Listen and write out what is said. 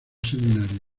seminario